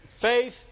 Faith